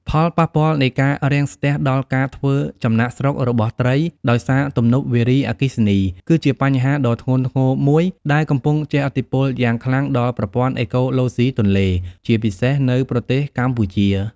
ផលប៉ពាល់នៃការរាំងស្ទះដល់ការធ្វើចំណាកស្រុករបស់ត្រីដោយសារទំនប់វារីអគ្គិសនី គឺជាបញ្ហាដ៏ធ្ងន់ធ្ងរមួយដែលកំពុងជះឥទ្ធិពលយ៉ាងខ្លាំងដល់ប្រព័ន្ធអេកូឡូស៊ីទន្លេ ជាពិសេសនៅប្រទេសកម្ពុជា។